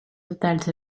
detalls